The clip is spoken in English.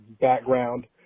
background